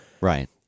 Right